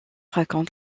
raconte